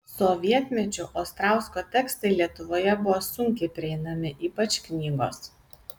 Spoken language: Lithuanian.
sovietmečiu ostrausko tekstai lietuvoje buvo sunkiai prieinami ypač knygos